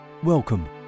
Welcome